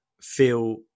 feel